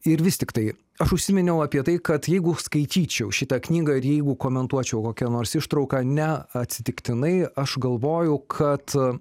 ir vis tiktai aš užsiminiau apie tai kad jeigu skaityčiau šitą knygą ir jeigu komentuočiau kokią nors ištrauką neatsitiktinai aš galvojau kad